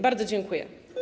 Bardzo dziękuję.